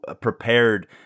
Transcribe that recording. prepared